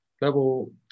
Level